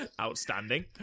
outstanding